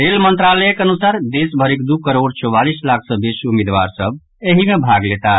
rail मंत्रालयक अनुसार देश भरिक दू करोड़ चौवालीस लाख सँ बेसी उम्मीदवार सभ एहि मे भाग लेताह